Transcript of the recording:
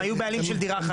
הם היו בעלים של דירה אחת.